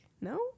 no